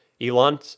Elon